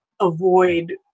avoid